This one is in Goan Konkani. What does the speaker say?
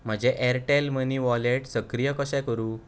म्हजें ऍरटॅल मनी वॉलेट सक्रीय कशें करूं